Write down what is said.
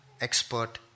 expert